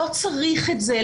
לא, צריך את זה.